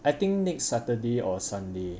I think next saturday or sunday